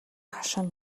хашаанд